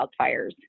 wildfires